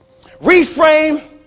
Reframe